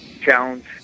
challenge